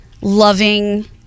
loving